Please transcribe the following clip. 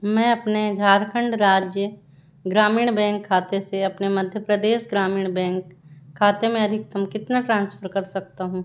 मैं अपने झारखण्ड राज्य ग्रामीण बैंक खाते से अपने मध्य प्रदेश ग्रामीण बैंक खाते में अधिकतम कितना ट्रांसफ़र कर सकता हूँ